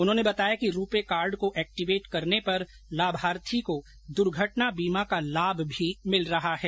उन्होंने बताया कि रूपे कार्ड को एक्टिवेट करने पर लाभार्थी को दुर्घटना बीमा का लाभ भी मिल रहा है